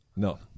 No